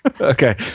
Okay